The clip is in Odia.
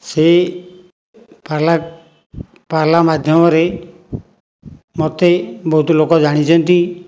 ସେଇ ପାଲା ପାଲା ମାଧ୍ୟମରେ ମୋତେ ବହୁତ ଲୋକ ଜାଣିଛନ୍ତି